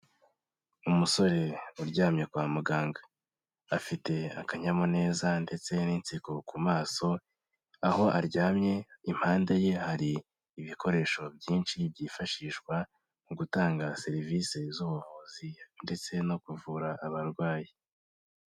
Umusore uryamye kwa muganga. Afite akanyamuneza ndetse n'inseko ku maso, aho aryamye impande ye, hari ibikoresho byinshi byifashishwa mu gutanga serivise z'ubuvuzi ndetse no kuvura abarwayi.